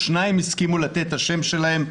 שניים הסכימו לתת את השם שלהם,